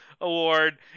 Award